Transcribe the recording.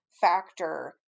factor